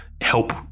help